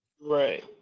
right